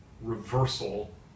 reversal